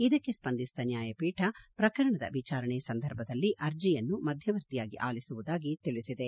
ಇದಕ್ಕೆ ಸ್ವಂದಿಸಿದ ನ್ಕಾಯಪೀಠ ಪ್ರಕರಣದ ವಿಚಾರಣೆ ಸಂದರ್ಭದಲ್ಲಿ ಅರ್ಜಿಯನ್ನು ಮಧ್ಯವರ್ತಿಯಾಗಿ ಅಲಿಸುವುದಾಗಿ ತಿಳಿಸಿದೆ